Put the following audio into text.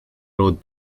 road